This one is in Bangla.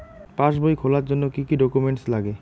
পাসবই খোলার জন্য কি কি ডকুমেন্টস লাগে?